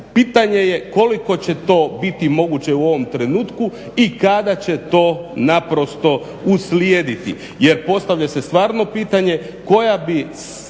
pitanje je koliko će to biti moguće u ovom trenutku i kada će to naprosto uslijediti. Jer postavlja se stvarno pitanje koja bi